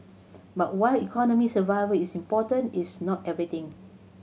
but while economic survival is important it's not everything